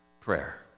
prayer